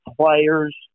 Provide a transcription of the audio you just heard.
players